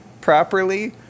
properly